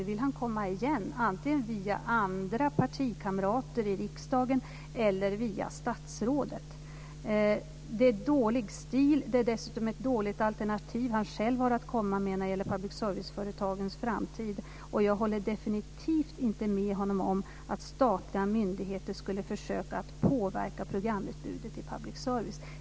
Nu vill han komma igen antingen via andra partikamrater i riksdagen eller via statsrådet. Det är dålig stil. Det är dessutom ett dåligt alternativ han själv har att komma med när det gäller public service-företagens framtid. Jag håller definitivt inte med honom om att statliga myndigheter skulle försöka påverka programutbudet i public service.